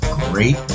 great